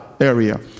area